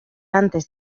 antes